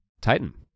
Titan